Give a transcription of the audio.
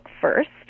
first